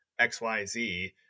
XYZ